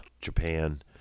japan